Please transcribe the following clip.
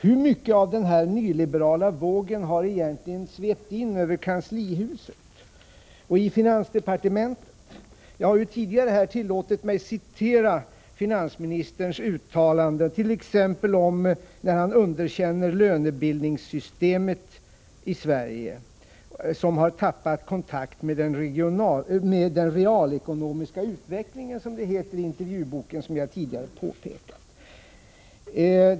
Hur mycket av den nyliberala vågen har egentligen svept in över kanslihuset och in i finansdepartementet? Jag har tidigare tillåtit mig citera finansministerns uttalanden, t.ex. då han underkände lönebildningssystemet i Sverige. Det har enligt Kjell-Olof Feldts uttalande i intervjuboken tappat kontakten med den realekonomiska utvecklingen.